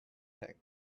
tank